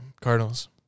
Cardinals